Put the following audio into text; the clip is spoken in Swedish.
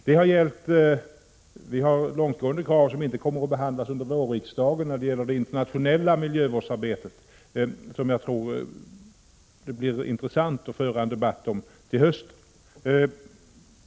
Vi har lagt fram långtgående krav, som inte kommer att behandlas under vårriksdagen, när det gäller det internationella miljövårdsarbetet — som jag tror det blir intressant att föra en debatt om till hösten.